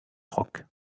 rock